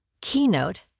keynote